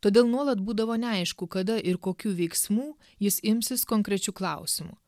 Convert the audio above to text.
todėl nuolat būdavo neaišku kada ir kokių veiksmų jis imsis konkrečiu klausimu